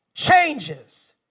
changes